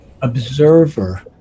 observer